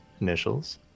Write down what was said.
initials